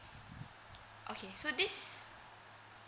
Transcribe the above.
okay so this